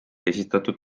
esitatud